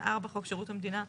4. חוק שירות המדינה,